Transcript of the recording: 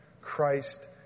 Christ